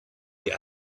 die